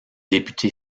député